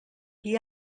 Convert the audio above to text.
qui